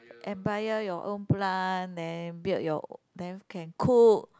and buy your your own plant then build your then can cook